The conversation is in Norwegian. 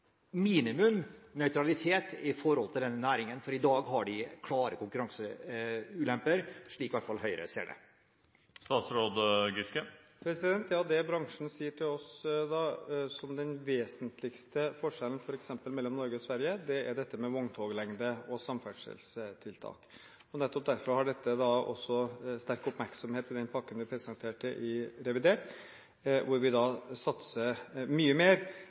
minimum nøytralitet? I dag har de klare konkurranseulemper, i hvert fall slik Høyre ser det. Det som bransjen sier til oss er den vesentligste forskjellen mellom f.eks. Norge og Sverige, er dette med vogntoglengde og samferdselstiltak. Nettopp derfor har dette sterk oppmerksomhet i den pakken vi presenterte i revidert budsjett, hvor vi satser – mye mer